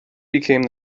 became